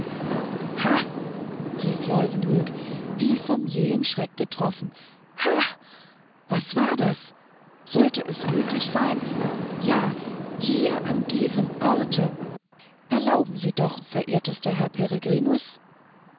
rief leuwenhoek wie vom jähen schreck getroffen ha was war das sollte es möglich sein ja hier an diesem orte erlauben sie doch verehrtester herr